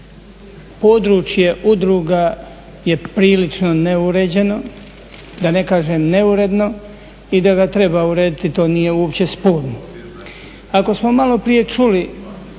područje udruga je prilično neuređeno, da ne kažem neuredno i da ga treba urediti to nije uopće sporno.